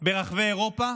ברחבי אירופה,